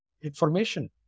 information